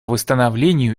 восстановлению